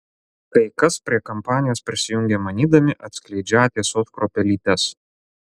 kai kas prie kampanijos prisijungia manydami atskleidžią tiesos kruopelytes